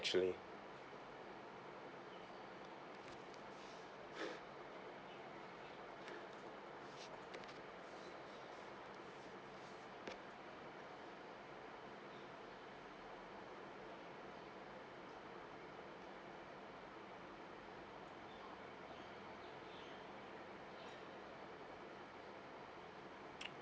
~tually